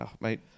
Mate